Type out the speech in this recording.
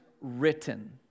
written